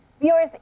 Viewers